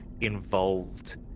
involved